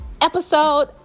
episode